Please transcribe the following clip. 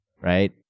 right